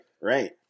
right